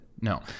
No